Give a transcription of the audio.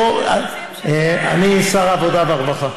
אני שר העבודה והרווחה.